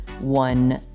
one